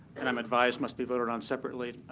and i'm advised must be voted on separately.